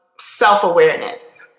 self-awareness